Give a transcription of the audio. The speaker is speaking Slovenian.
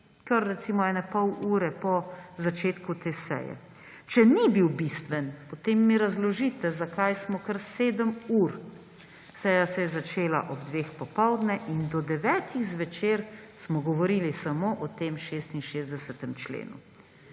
kar recimo pol ure po začetku te seje. Če ni bil bistven, potem mi razložite, zakaj smo kar 7 ur, seja se je začela ob 14. uri, do 21. ure smo govorili samo o tem 66. členu.